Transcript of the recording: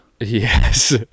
Yes